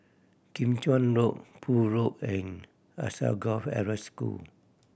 Kim Chuan Road Poole Road and Alsagoff Arab School